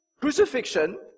crucifixion